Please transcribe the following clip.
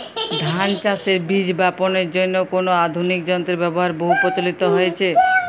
ধান চাষের বীজ বাপনের জন্য কোন আধুনিক যন্ত্রের ব্যাবহার বহু প্রচলিত হয়েছে?